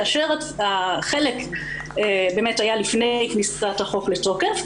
כאשר חלק היה לפני כניסת החוק לתוקף,